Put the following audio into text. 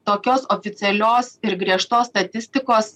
tokios oficialios ir griežtos statistikos